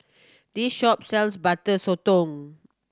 this shop sells Butter Sotong